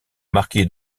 marquis